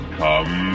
come